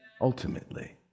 ultimately